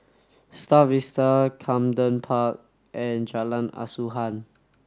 Star Vista Camden Park and Jalan Asuhan